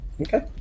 Okay